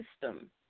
system